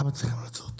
למה צריך המלצות?